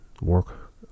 work